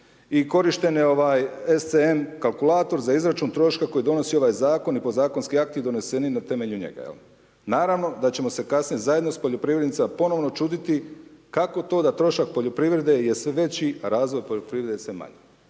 i korištenje SCN kalkulator za izračun troška koji donosi ovaj zakon i podzakonski akti doneseni na temelju njega. Naravno da ćemo se kasnije zajedno s poljoprivrednicima ponovno čuditi kako to da trošak poljoprivrede je sve veći a razvoj poljoprivrede sve manji.